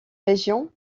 région